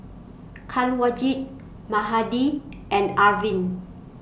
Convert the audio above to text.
Kanwaljit Mahade and Arvind